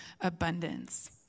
abundance